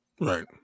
Right